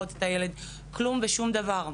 כלום ושום דבר.